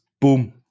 boom